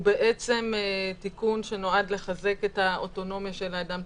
הוא תיקון שנועד לחזק את האוטונומיה של האדם,